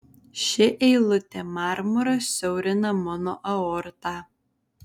ši eilutė marmuras siaurina mano aortą